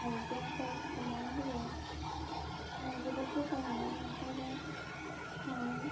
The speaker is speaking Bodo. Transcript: हायजेंफोर देनानै होयो आं जोबोद गोथाव मोनो ओंखामजों जानो